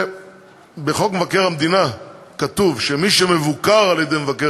שבחוק מבקר המדינה כתוב שמי שמבוקר על-ידי מבקר